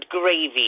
gravy